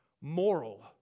moral